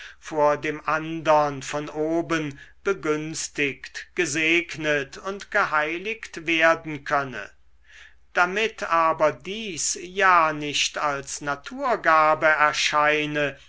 vor dem andern von oben begünstigt gesegnet und geheiligt werden könne damit aber dies ja nicht als naturgabe erscheine